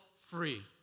free